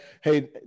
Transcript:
hey